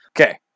Okay